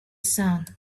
sun